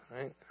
Right